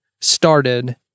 started